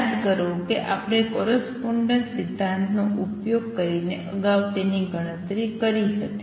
યાદ કરો કે આપણે કોરસ્પોંડેન્સ સિદ્ધાંતનો ઉપયોગ કરીને અગાઉ તેની ગણતરી કરી હતી